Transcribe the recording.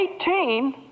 Eighteen